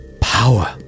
Power